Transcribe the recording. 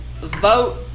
vote